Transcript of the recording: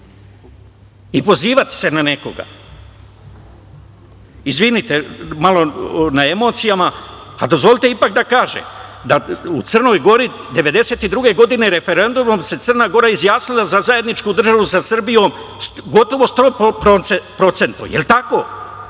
i pozivati se na nekoga. Izvinite malo na emocijama, ali dozvolite ipak da kažem da u Crnoj Gori, 1992. godine, referendumom se Crna Gora izjasnila za zajedničku državu sa Srbijom, gotovo 100%. Jel je tada